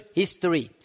history